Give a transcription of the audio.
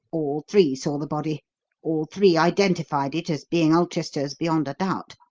all three saw the body all three identified it as being ulchester's beyond a doubt.